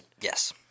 Yes